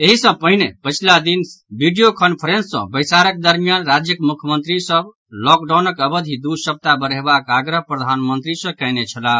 एहि सॅ पहिने पछिला शनि दिन वीडियो कांफ्रेंस सॅ बैसारक दरमियान राज्यक मुख्यमंत्री सभ लॉकडाउनक अवधि दू सप्ताह बढ़यबाक आग्रह प्रधानमंत्री सॅ कयने छलाह